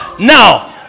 Now